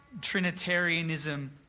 Trinitarianism